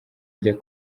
ajya